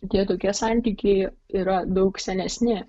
tie tokie santykiai yra daug senesni